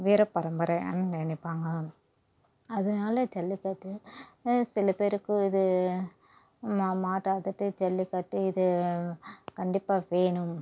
வீர பரம்பரைன்னு நினைப்பாங்க அதனால ஜல்லிக்கட்டு சில பேருக்கு இது ம மாட்டாதுட்டு ஜல்லிக்கட்டு இது கண்டிப்பாக வேணும்